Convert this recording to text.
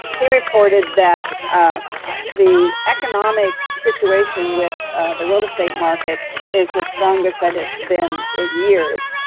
he reported that the economic situation with the real estate market is the strongest that it's been in years.